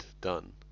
done